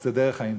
היא שונתה פעמיים.